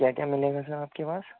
کیا کیا ملے گا سر آپ کے پاس